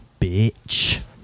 bitch